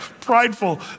prideful